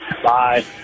Bye